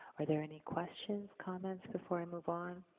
are there any questions, comments, before i move on?